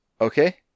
Okay